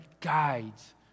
guides